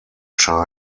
china